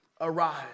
arise